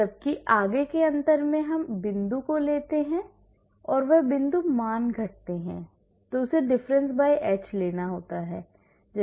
जबकि आगे के अंतर में हम इस बिंदु को लेते हैं और यह बिंदु मान घटते हैं difference h लेते हैं